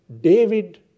David